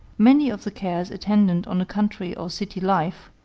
many of the cares attendant on a country or city life,